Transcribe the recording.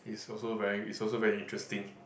is also very is also very interesting